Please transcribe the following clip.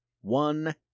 one